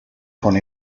con